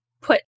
put